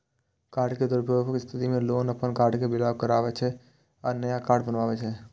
card के दुरुपयोगक स्थिति मे लोग अपन कार्ड कें ब्लॉक कराबै छै आ नया कार्ड बनबावै छै